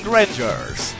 Rangers